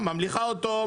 ממליחה אותו,